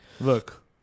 Look